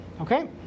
Okay